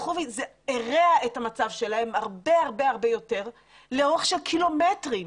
הרע את המצב שלהם הרבה יותר לאורך של קילומטרים.